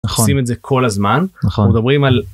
נכון, עושים את זה כל הזמן, נכון, מדברים על.